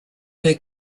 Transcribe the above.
her